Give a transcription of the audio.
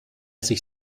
sich